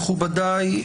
מכובדיי,